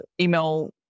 email